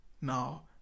now